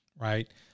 right